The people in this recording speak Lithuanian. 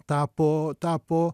tapo tapo